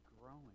growing